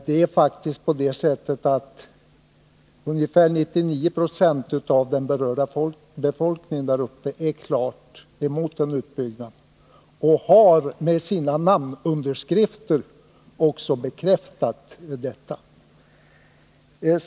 Ungefär 99 76 av den berörda befolkningen där uppe är klart mot en utbyggnad och har med sina namnunderskrifter bekräftat detta.